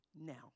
now